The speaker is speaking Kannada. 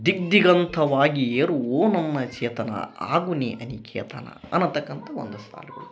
ದಿಗ್ ದಿಗಂತವಾಗಿ ಏರು ಓ ನನ್ನ ಚೇತನ ಆಗು ನೀ ಅನಿಕೇತನ ಅನತಕ್ಕಂಥಾ ಒಂದು ಸಾಲು